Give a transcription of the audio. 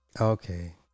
Okay